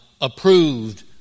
approved